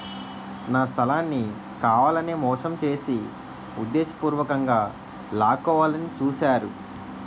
నా స్థలాన్ని కావాలనే మోసం చేసి ఉద్దేశపూర్వకంగా లాక్కోవాలని చూశారు